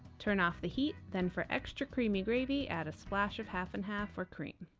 turn off the heat then for extra creamy gravy, add a splash of half and half or cream.